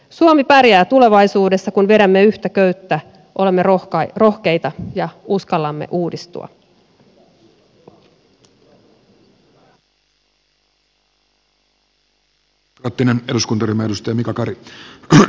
suomi pärjää tulevaisuudessa kun vedämme yhtä köyttä olemme rohkeita ja uskallamme uudistua